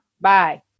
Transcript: Bye